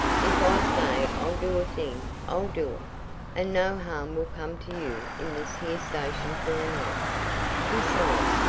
if i say i'll do a thing i'll do it and no harm will come to you in this here station for a night. besides,